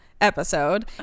episode